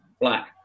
black